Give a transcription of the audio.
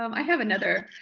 um i have another.